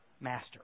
Master